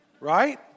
right